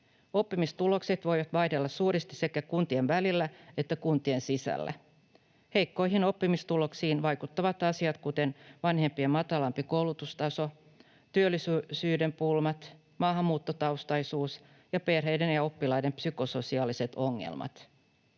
Oppimistulokset voivat vaihdella suuresti sekä kuntien välillä että kuntien sisällä. Heikkoihin oppimistuloksiin vaikuttavat esimerkiksi vanhempien matalampi koulutustaso, työllisyyden pulmat, maahanmuuttotaustaisuus ja perheiden ja oppilaiden psykososiaaliset ongelmat.